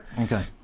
Okay